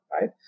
right